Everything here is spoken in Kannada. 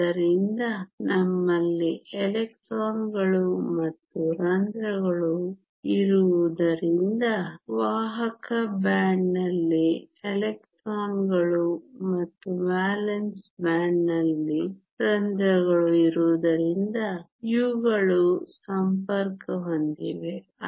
ಆದ್ದರಿಂದ ನಮ್ಮಲ್ಲಿ ಎಲೆಕ್ಟ್ರಾನ್ಗಳು ಮತ್ತು ರಂಧ್ರಗಳು ಇರುವುದರಿಂದ ವಾಹಕ ಬ್ಯಾಂಡ್ನಲ್ಲಿ ಎಲೆಕ್ಟ್ರಾನ್ಗಳು ಮತ್ತು ವೇಲೆನ್ಸಿ ಬ್ಯಾಂಡ್ನಲ್ಲಿ ರಂಧ್ರಗಳು ಇರುವುದರಿಂದ ಇವುಗಳು ಸಂಪರ್ಕ ಹೊಂದಿವೆ